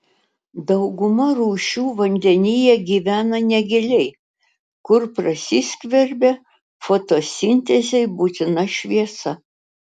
dauguma rūšių vandenyje gyvena negiliai kur prasiskverbia fotosintezei būtina šviesa